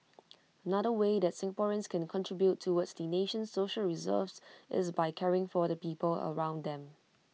another way that Singaporeans can contribute towards the nation's social reserves is by caring for the people around them